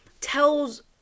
tells